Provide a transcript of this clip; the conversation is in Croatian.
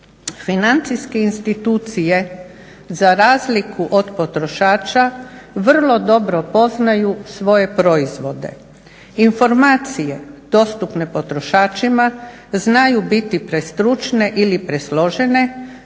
Financijske institucije za razliku od potrošača vrlo dobro poznaju svoje proizvode. Informacije dostupne potrošačima znaju biti prestručne ili presložene